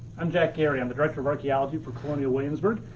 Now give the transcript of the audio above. i'm jack gary, i'm the director of archeology for colonial williamsburg,